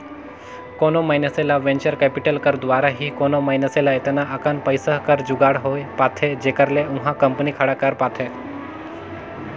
कोनो मइनसे ल वेंचर कैपिटल कर दुवारा ही कोनो मइनसे ल एतना अकन पइसा कर जुगाड़ होए पाथे जेखर ले ओहा कंपनी खड़ा कर पाथे